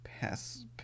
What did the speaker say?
Pass